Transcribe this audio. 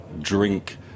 drink